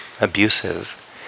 abusive